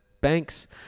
Banks